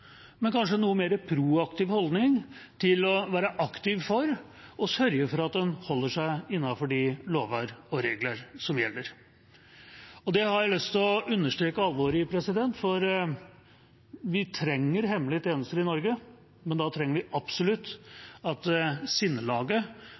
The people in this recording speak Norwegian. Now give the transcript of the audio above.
men kanskje en noe mer proaktiv holdning til å være aktiv for å sørge for at en holder seg innenfor de lover og regler som gjelder. Det har jeg lyst til å understreke alvoret i. For vi trenger hemmelige tjenester i Norge, men da trenger vi absolutt